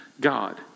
God